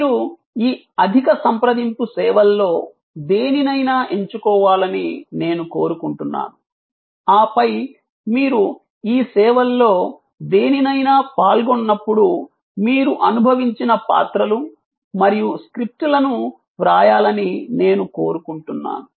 మీరు ఈ అధిక సంప్రదింపు సేవల్లో దేనినైనా ఎంచుకోవాలని నేను కోరుకుంటున్నాను ఆపై మీరు ఈ సేవల్లో దేనినైనా పాల్గొన్నప్పుడు మీరు అనుభవించిన పాత్రలు మరియు స్క్రిప్ట్లను వ్రాయాలని నేను కోరుకుంటున్నాను